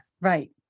right